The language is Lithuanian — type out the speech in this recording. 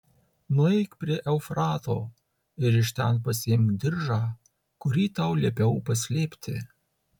nueik prie eufrato ir iš ten pasiimk diržą kurį tau liepiau paslėpti